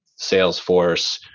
Salesforce